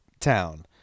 town